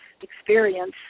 experience